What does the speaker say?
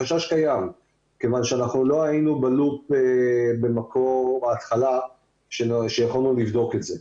החשש קיים כיוון שלא היינו בלופ בהתחלה כך שיכולנו לבדוק את זה.